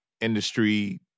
industry